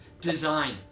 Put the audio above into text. Design